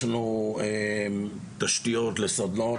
יש לנו תשתיות לסדנאות,